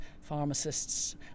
pharmacists